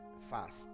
fast